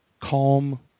calm